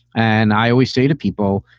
and i always say to people.